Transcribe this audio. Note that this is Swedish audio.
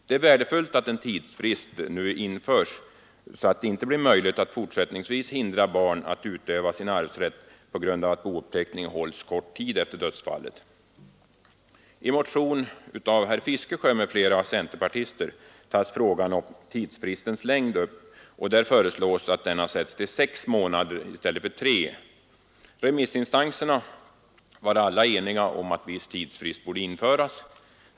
Det är värdefullt att en tidsfrist nu införs, så att det inte blir möjligt att fortsättningsvis hindra barn att utöva sin arvsrätt på grund av att bouppteckning hålles kort tid efter dödsfallet. I motion av herr Fiskesjö m.fl. centerpartister tas frågan om tidsfristens längd upp, och där föreslås att denna sätts till sex månader i stället för tre. Remissinstanserna var alla eniga om att viss tidsfrist borde införas.